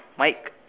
Mike